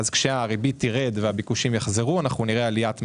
אז כשהריבית תרד והביקושים יחזרו אנחנו נראה עליית מחירים.